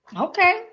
Okay